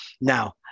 now